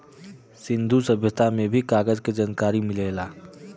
सिंन्धु सभ्यता में भी कागज क जनकारी मिलेला